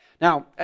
Now